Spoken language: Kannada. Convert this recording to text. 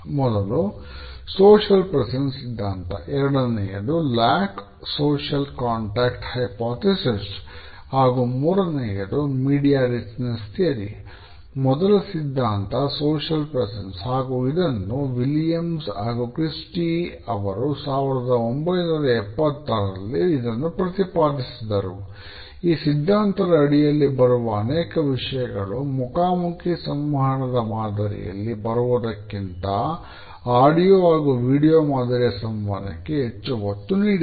ಮೊದಲು ಸೋಶಿಯಲ್ ಪ್ರೆಸೆನ್ಸ್ ಮಾದರಿಯ ಸಂವಹನಕ್ಕೆ ಹೆಚ್ಚು ಒತ್ತು ನೀಡಿದೆ